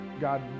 God